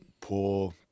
poor